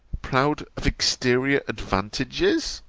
proud of exterior advantages